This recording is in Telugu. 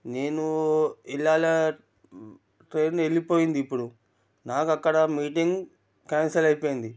నేను వెళ్ళాలన్న ట్రైన్ వెళ్ళిపోయింది ఇప్పుడు నాకక్కడ మీటింగ్ కాన్సిల్ అయిపోయింది